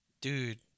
Dude